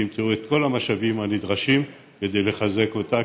שתמצאו את כל המשאבים הנדרשים כדי לחזק אותה,